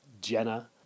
Jenna